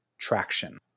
Traction